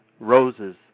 Roses